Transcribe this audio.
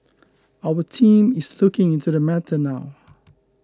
our team is looking into the matter now